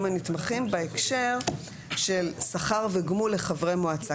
הנתמכים בהקשר של שכר וגמול לחברי מועצה,